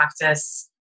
practice